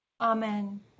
Amen